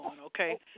Okay